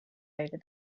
over